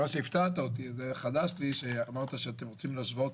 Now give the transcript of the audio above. הפתעת אותי, זה חדש לי, שאמרת שאתם רוצים להשוות